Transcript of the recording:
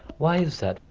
why is that?